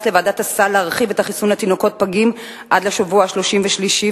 לוועדת הסל להרחיב את החיסון לתינוקות פגים עד לשבוע ה-33,